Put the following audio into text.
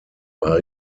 war